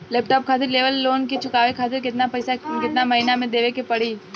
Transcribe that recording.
Laptop खातिर लेवल loan के चुकावे खातिर केतना पैसा केतना महिना मे देवे के पड़ी?